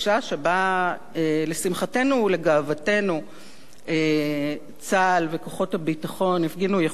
שבה לשמחתנו ולגאוותנו צה"ל וכוחות הביטחון הפגינו יכולות